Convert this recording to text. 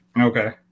okay